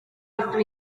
ydw